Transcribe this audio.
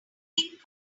pink